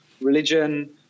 religion